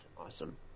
Awesome